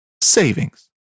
savings